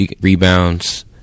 rebounds